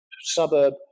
suburb